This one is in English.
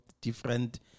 different